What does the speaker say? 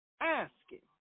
asking